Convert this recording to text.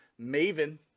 Maven